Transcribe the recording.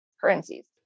currencies